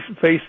face